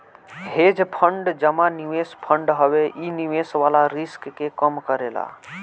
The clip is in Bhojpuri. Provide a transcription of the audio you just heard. हेज फंड जमा निवेश फंड हवे इ निवेश वाला रिस्क के कम करेला